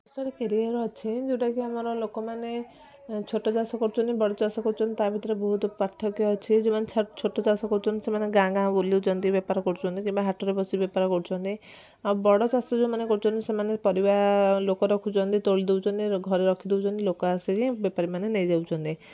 ଚାଷରେ କ୍ୟାରିୟର୍ ଅଛି ଯେଉଁଟା କି ଆମର ଲୋକମାନେ ଛୋଟ ଚାଷ କରୁଛନ୍ତି ବଡ଼ ଚାଷ କରୁଛନ୍ତି ତା'ଭିତରେ ବହୁତ ପାର୍ଥକ୍ୟ ଅଛି ଯେଉଁମାନେ ଛୋଟ ଚାଷ କରୁଛନ୍ତି ସେମାନେ ଗାଁ ଗାଁ ବୁଲୁଛନ୍ତି ବେପାର କରୁଛନ୍ତି କିମ୍ବା ହାଟରେ ବସି ବେପାର କରୁଛନ୍ତି ଆଉ ବଡ଼ ଚାଷ ଯେଉଁମାନେ କରୁଛନ୍ତି ସେମାନେ ପରିବା ଲୋକ ରଖୁଛନ୍ତି ତୋଳି ଦେଉଛନ୍ତି ଘରେ ରଖି ଦେଉଛନ୍ତି ଲୋକ ଆସିକି ବେପାରୀମାନେ ନେଇ ଯାଉଛନ୍ତି